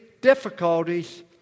difficulties